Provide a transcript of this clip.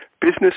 Business